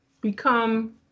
become